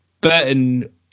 Burton